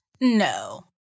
No